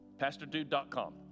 pastordude.com